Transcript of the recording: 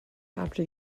after